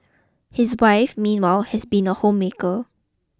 his wife meanwhile has been a home maker